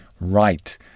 Right